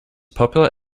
popular